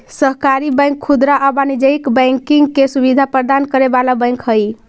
सहकारी बैंक खुदरा आउ वाणिज्यिक बैंकिंग के सुविधा प्रदान करे वाला बैंक हइ